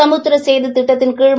சமுத்திர சேது திட்டத்தின்கீழ்